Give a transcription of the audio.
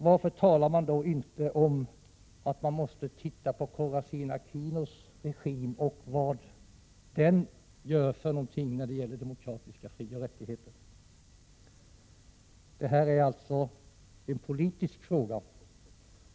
Varför talar ni då inte om att man måste titta på Corazon Aquinos regim och vad den gör när det gäller demokratiska frioch rättigheter? Detta är alltså en politisk fråga.